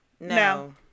No